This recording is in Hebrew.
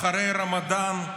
אחרי הרמדאן.